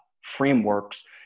frameworks